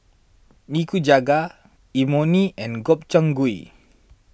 Nikujaga Imoni and Gobchang Gui